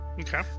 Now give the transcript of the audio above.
Okay